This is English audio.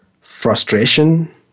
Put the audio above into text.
frustration